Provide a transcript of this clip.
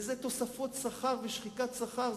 זה תוספות שכר ושחיקת שכר,